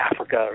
Africa